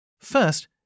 First